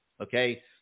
okay